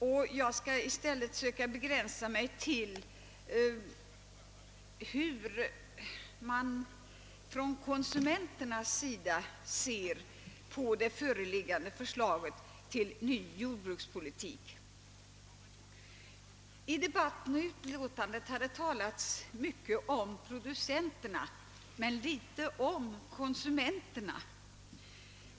I stället skall jag begränsa mig till konsumenternas syn på det föreliggande förslaget till ny jordbrukspolitik. I debatten och utlåtandet har det talats mycket om producenterna men litet om konsumenterna.